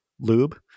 lube